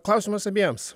klausimas abiems